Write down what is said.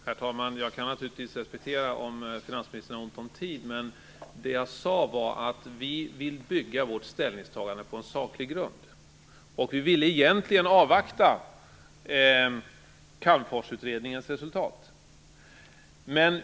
Herr talman! Jag kan naturligtvis respektera om finansministern har ont om tid, men det jag sade var att vi vill bygga vårt ställningstagande på en saklig grund. Vi ville egentligen avvakta Calmforsutredningens resultat.